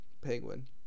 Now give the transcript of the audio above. penguin